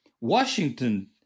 Washington